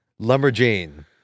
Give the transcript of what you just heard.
Lumberjane